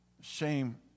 shame